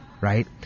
Right